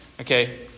Okay